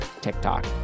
TikTok